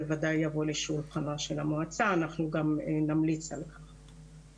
בוודאי יבוא לשולחנה של המועצה ואנחנו גם נמליץ על כך.